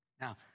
Now